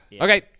Okay